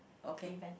okay